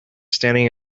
standing